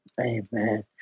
Amen